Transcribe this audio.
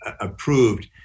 approved